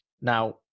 Now